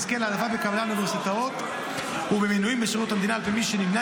יזכה להנחה בקבלה לאוניברסיטאות ובמינויים בשירות המדינה כמי שנמנה